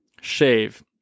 Shave